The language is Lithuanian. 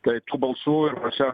tai tų balsų ir va čia